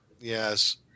Yes